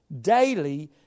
daily